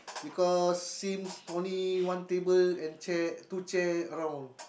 because seems only one table and chair two chair around